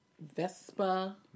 Vespa